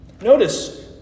Notice